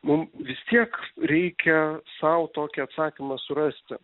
mum vis tiek reikia sau tokį atsakymą surasti